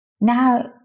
Now